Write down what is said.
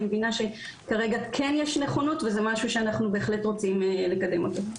מבינה שכרגע כן יש נכונות וזה משהו שאנחנו בהחלט רוצים לקדם אותו.